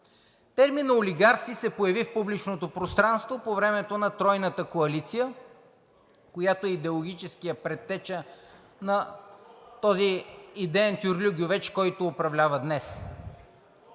Терминът „олигарси“ се появи в публичното пространство по времето на Тройната коалиция, която е идеологическият предтеча на този идеен тюрлюгювеч, който управлява днес.